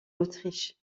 autriche